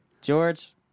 George